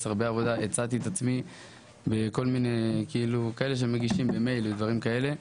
הצעתי את עצמי בכל מיני כאלה שמגישים במייל או דברים כאלה,